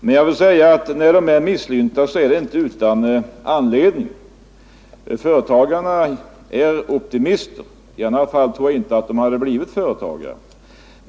Men när de är misslynta, är de inte det utan anledning. Företagarna är optimister — i annat fall hade de inte blivit företagare.